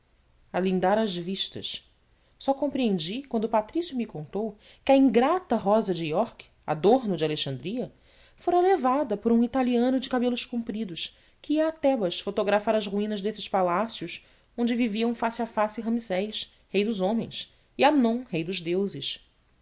desolação alindar as vistas só compreendi quando o patrício me contou que a ingrata rosa de iorque adorno de alexandria fora levada por um italiano de cabelos compridos que ia a tebas fotografar as ruínas desses palácios onde viviam face a face ramsés rei dos homens e amon rei dos deuses